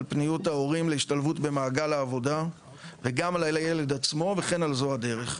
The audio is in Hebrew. פניוּת ההורים להשתלבות במעגל העבודה וגם על הילד עצמו וכן על זו הדרך.